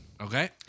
Okay